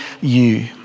you